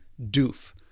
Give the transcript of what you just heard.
doof